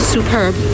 Superb